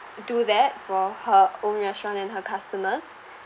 do that for her own restaurant and her customers